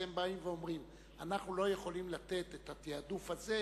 כי הם באים ואומרים: אנחנו לא יכולים לתת את התעדוף הזה